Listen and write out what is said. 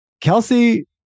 Kelsey